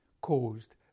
caused